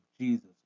Jesus